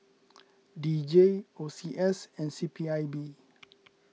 D J O C S and C P I B